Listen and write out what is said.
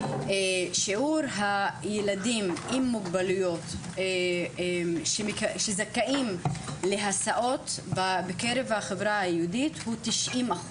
שיעור הילדים עם מוגבלויות שזכאים להסעות בקרב החברה היהודית הוא 90%,